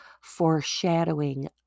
foreshadowing